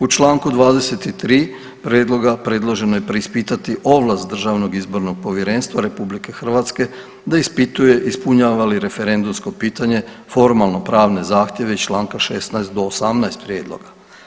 U Članku 23. prijedloga predloženo je preispitati ovlast Državnog izbornog povjerenstva RH da ispituje, ispunjava li referendumsko pitanje formalno pravne zahtjeve iz Članka 16. do 18. prijedloga.